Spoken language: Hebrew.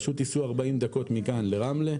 פשוט תיסעו 40 דקות מכאן לרמלה,